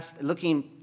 looking